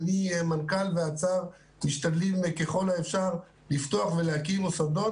מהמנכ"ל והשר וכן הלאה משתדלים ככל האפשר לפתוח ולהקים מוסדות,